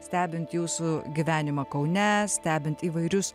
stebint jūsų gyvenimą kaune stebint įvairius